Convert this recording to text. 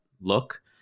look